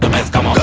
i've come